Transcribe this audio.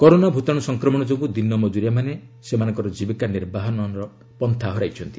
corona ଭୂତାଣୁ ସଂକ୍ରମଣ ଯୋଗୁଁ ଦିନ ମଜୁରିଆମାନେ ସେମାନଙ୍କର ଜିବିକା ନିର୍ବାହର ପନ୍ଥା ହରାଇଛନ୍ତି